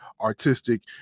artistic